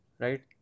right